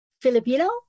Filipino